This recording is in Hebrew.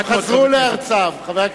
הם חזרו לארצם.